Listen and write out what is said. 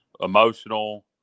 emotional